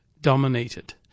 dominated